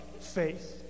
faith